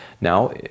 Now